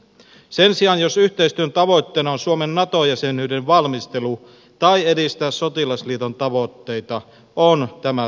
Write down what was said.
sen sijaan jos yhteistyön tavoitteena on suomen nato jäsenyyden valmistelu tai sotilasliiton tavoitteiden edistäminen on tämä torjuttava